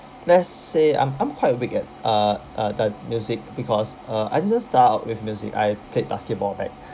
let's say I'm I'm quite weak at uh uh the music because uh I didn't start out with music I played basketball back